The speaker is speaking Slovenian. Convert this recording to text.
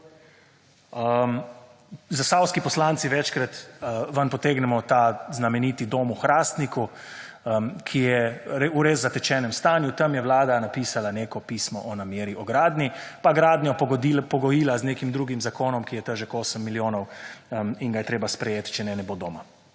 Zasavski poslanci večkrat ven potegnemo ta znameniti dom v Hrastniku, ki je v res zatečenem stanju. Tam je Vlada napisala neko pismo o nameri, o gradnji pa gradnjo pogojila z nekim drugim zakonom, ki je težek 8 milijonov in ga je treba sprejeti, če ne ne bo doma,